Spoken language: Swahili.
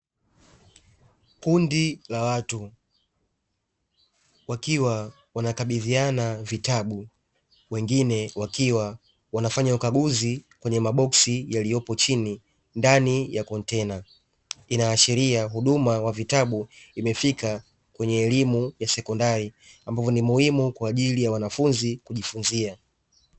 Kundi la watu wakiwa wanakabidhiana vitabu, wengine wakiwa wanafanya ukaguzi kwenye maboksi yaliyopo chini ndani ya kontena. Inaashiria huduma ya vitabu imefika kwenye elimu ya sekondari, ambapo ni muhimu kwa ajili ya wanafunzi kujifunzia.